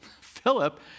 Philip